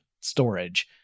storage